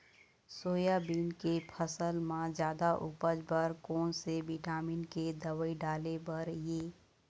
Soybean के फसल म जादा उपज बर कोन से विटामिन के दवई डाले बर ये?